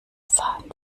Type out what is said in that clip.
sahen